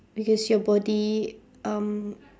because your body um